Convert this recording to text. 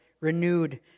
renewed